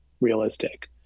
realistic